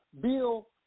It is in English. Bill